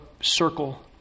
circle